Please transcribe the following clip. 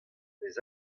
ned